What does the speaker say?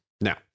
Now